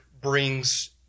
brings